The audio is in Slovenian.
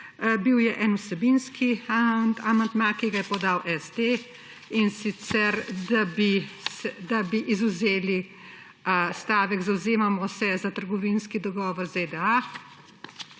Bil je en vsebinski amandma, ki ga je podal SD, in sicer da bi izvzeli stavek »zavzemamo se za trgovinski dogovor z